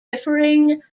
differing